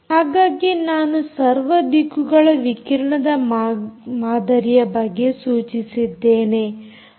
ಹಾಗಾಗಿ ನಾನು ಸರ್ವ ದಿಕ್ಕುಗಳ ವಿಕಿರಣದ ಮಾದರಿಯ ಬಗ್ಗೆ ಸೂಚಿಸಿದ್ದೇನೆ